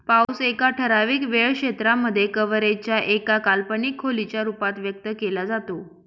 पाऊस एका ठराविक वेळ क्षेत्रांमध्ये, कव्हरेज च्या एका काल्पनिक खोलीच्या रूपात व्यक्त केला जातो